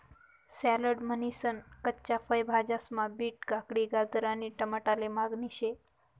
salad म्हनीसन कच्च्या फय भाज्यास्मा बीट, काकडी, गाजर आणि टमाटाले मागणी शे